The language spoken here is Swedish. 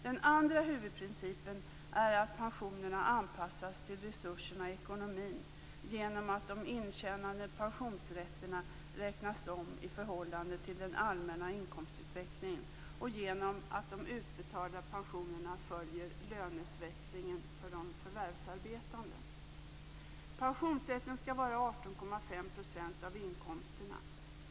Den andra huvudprincipen är att pensionerna anpassas till resurserna i ekonomin genom att de intjänade pensionsrätterna räknas om i förhållande till den allmänna inkomstutvecklingen och genom att de utbetalda pensionerna följer löneutvecklingen för de förvärvsarbetande.